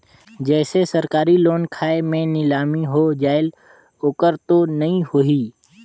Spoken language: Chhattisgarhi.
जैसे सरकारी लोन खाय मे नीलामी हो जायेल ओकर तो नइ होही?